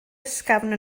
ysgafn